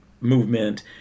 movement